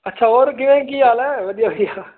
ਅੱਛਾ ਹੋਰ ਕਿਵੇਂ ਕੀ ਹਾਲ ਹੈ ਵਧੀਆ ਵਧੀਆ